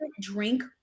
drink